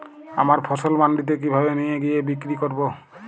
আমার ফসল মান্ডিতে কিভাবে নিয়ে গিয়ে বিক্রি করব?